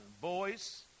boys